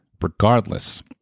regardless